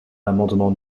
l’amendement